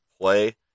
play